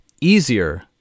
easier